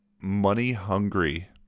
money-hungry